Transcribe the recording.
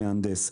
מהנדס,